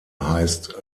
heißt